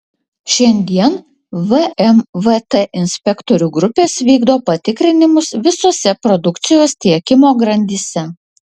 šiandien vmvt inspektorių grupės vykdo patikrinimus visose produkcijos tiekimo grandyse